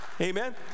Amen